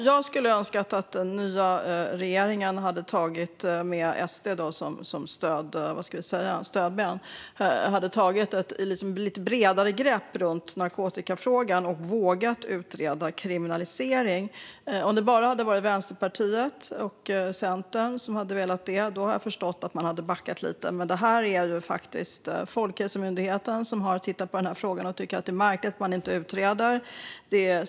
Fru talman! Jag önskar att den nya regeringen, med SD som stödben, hade tagit ett lite bredare grepp runt narkotikafrågan och vågat utreda kriminalisering. Om det bara hade varit Vänsterpartiet och Centern som hade velat det hade jag förstått om man hade backat lite. Men det är faktiskt Folkhälsomyndigheten som har tittat på denna fråga och tycker att det är märkligt att man inte utreder detta.